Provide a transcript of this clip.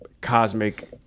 cosmic